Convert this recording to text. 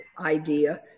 idea